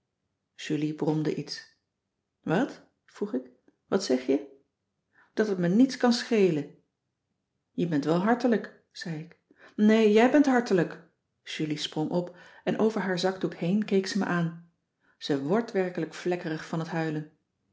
julie bromde iets wat vroeg ik wat zeg je dat het me niets kan schelen je bent wel hartelijk zei ik nee jij bent hartelijk julie sprong op en over haar zakdoek heen keek ze me aan ze wrdt werkelijk vlekkerig van t huilen